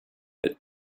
but